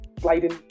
Sliding